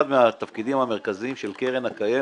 אחד מהתפקידים המרכזיים של קרן הקיימת,